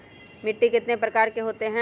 मिट्टी कितने प्रकार के होते हैं?